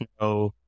no